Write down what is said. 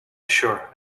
sure